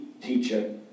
teacher